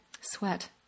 sweat